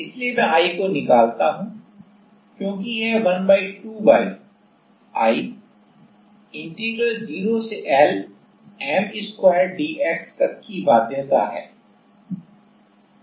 इसलिए मैं I को निकालता हूं क्योंकि यह 1 2 Y I इंटीग्रल 0 से L M वर्ग dx तक की बाध्यता है